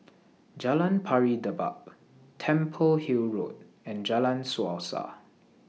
Jalan Pari Dedap Temple Hill Road and Jalan Suasa